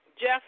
Jeff